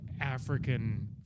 African